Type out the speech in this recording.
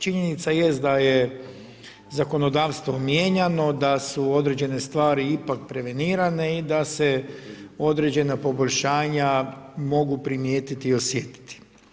Činjenica jest da je zakonodavstvo mijenjano da su određene stvari ipak prevenirane i da se određena poboljšanja mogu primijetiti i osjetiti.